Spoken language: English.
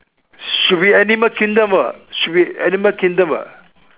should be animal kingdom [what] should be animal kingdom [what]